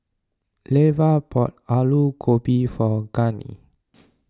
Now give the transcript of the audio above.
Leva bought Aloo Gobi for Gurney